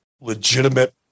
legitimate